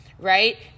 right